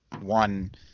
one –